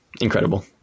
Incredible